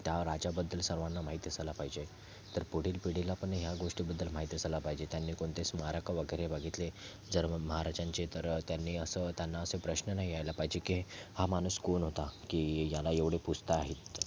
त्या राजाबद्दल सर्वांना माहीत असायला पाहिजे तर पुढील पिढीला पण ह्या गोष्टीबद्दल माहीत असायला पाहिजे त्यांनी कोणते स्मारक वगैरे बघितले जर महाराजांची तर त्यांनी असं त्यांना असे प्रश्न नाही यायला पाहिजे की हा माणूस कोण होता की याला एवढे पूजता आहेत